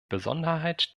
besonderheit